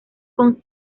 con